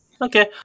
Okay